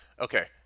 Okay